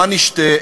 מה נשתה,